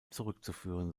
zurückzuführen